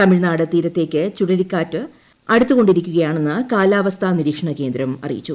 തമിഴ്നാട് തീരത്തേയ്ക്ക് ചുഴലിക്കാറ്റ് അടുത്തുകൊണ്ടിരിക്കുകയാണെന്ന് കാലാവസ്ഥാ നിരീക്ഷണ കേന്ദ്രം അറിയിച്ചു